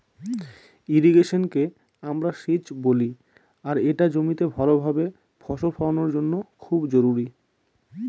ইর্রিগেশনকে আমরা সেচ বলি আর এটা জমিতে ভাল ভাবে ফসল ফলানোর জন্য খুব জরুরি